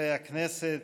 חברי הכנסת,